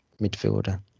midfielder